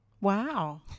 Wow